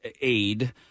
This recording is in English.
aid